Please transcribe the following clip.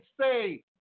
say